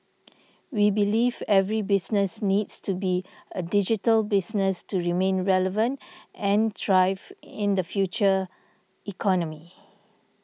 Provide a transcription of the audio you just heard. we believe every business needs to be a digital business to remain relevant and thrive in the future economy